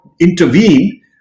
intervene